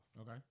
Okay